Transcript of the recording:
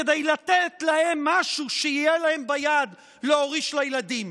כדי לתת להם משהו שיהיה להם ביד להוריש לילדים.